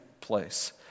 place